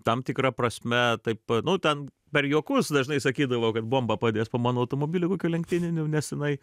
tam tikra prasme taip nu ten per juokus dažnai sakydavau kad bombą padės po mano automobiliu kokiu lenktyniniu nes jinai